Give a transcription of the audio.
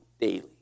daily